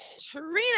trina